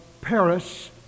Paris